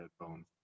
headphones